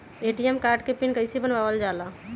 ATM card के pin कैसे बनावल जाला?